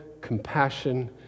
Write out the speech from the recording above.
compassion